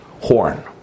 horn